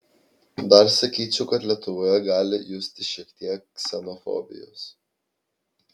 dar sakyčiau kad lietuvoje gali justi šiek tiek ksenofobijos